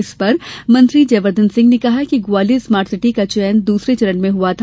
इस पर मंत्री जयवर्धन सिंह ने कहा कि ग्वालियर स्मार्ट सिटी का चयन दूसरे चरण में हुआ था